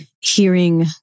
hearing